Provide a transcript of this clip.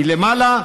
מלמעלה,